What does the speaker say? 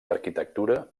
arquitectura